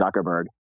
Zuckerberg